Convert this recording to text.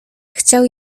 chciał